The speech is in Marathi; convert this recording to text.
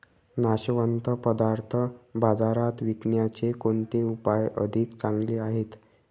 नाशवंत पदार्थ बाजारात विकण्याचे कोणते उपाय अधिक चांगले आहेत?